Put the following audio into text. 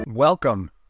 Welcome